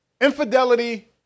infidelity